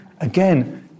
again